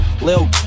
Lil